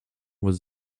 was